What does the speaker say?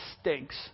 stinks